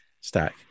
stack